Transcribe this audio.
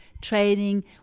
training